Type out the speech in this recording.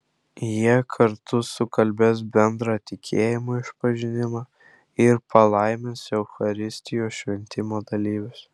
jie kartu sukalbės bendrą tikėjimo išpažinimą ir palaimins eucharistijos šventimo dalyvius